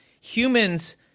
humans